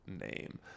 name